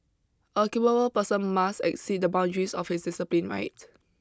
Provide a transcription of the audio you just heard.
a capable person must exceed the boundaries of his discipline right